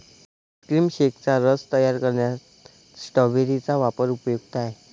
ice cream शेकचा रस तयार करण्यात स्ट्रॉबेरी चा वापर उपयुक्त आहे